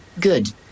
Good